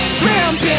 Shrimp